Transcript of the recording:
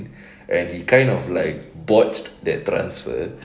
and he kind of like botched that transfer